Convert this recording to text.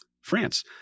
France